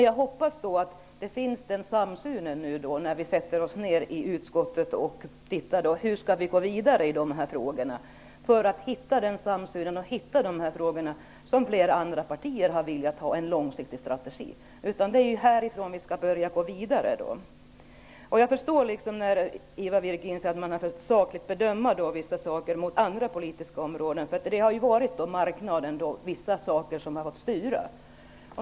Jag hoppas att det nu finns en samsyn när vi i utskottet sätter oss ner och tittar på hur vi skall gå vidare i dessa frågor. Vi måste finna den samsynen. Flera andra partier har velat ha en långsiktig strategi. Det är härifrån vi skall gå vidare. Ivar Virgin säger man försökt att sakligt väga vissa saker mot andra politiska områden. Det är marknaden som har fått styra.